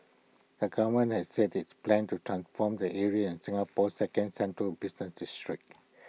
the government has said its plans to transform the area in Singapore second central business district